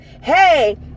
Hey